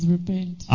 Repent